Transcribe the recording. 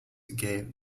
gave